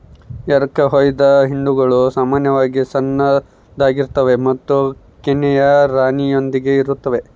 ಎರಕಹೊಯ್ದ ಹಿಂಡುಗಳು ಸಾಮಾನ್ಯವಾಗಿ ಸಣ್ಣದಾಗಿರ್ತವೆ ಮತ್ತು ಕನ್ಯೆಯ ರಾಣಿಯೊಂದಿಗೆ ಇರುತ್ತವೆ